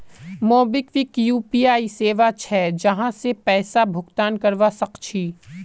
MobiKwik UPI सेवा छे जहासे पैसा भुगतान करवा सक छी